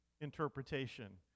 interpretation